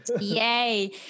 Yay